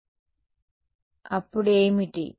కాబట్టి అప్పుడు ఏమిటి